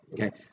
okay